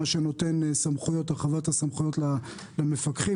מה שנותן הרחבת הסמכויות למפקחים.